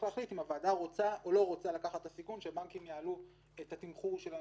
הוועדה רוצה או לא רוצה לקחת את הסיכון שהבנקים יעלו את התמחור שלהם,